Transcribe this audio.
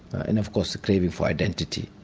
and of course the craving for identity,